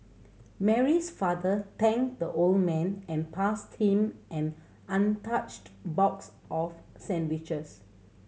Mary's father thanked the old man and passed him an untouched box of sandwiches